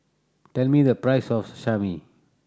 tell me the price of Sashimi